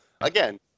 Again